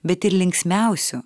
bet ir linksmiausių